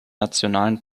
nationalen